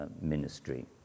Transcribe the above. ministry